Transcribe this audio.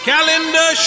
Calendar